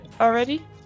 already